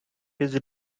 his